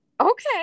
Okay